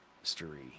history